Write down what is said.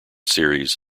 series